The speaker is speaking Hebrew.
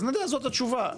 אז נדע שזאת התשובה,